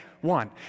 One